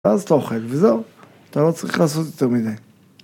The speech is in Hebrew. ‫אז אתה אוכל, וזהו. ‫אתה לא צריך לעשות יותר מדי.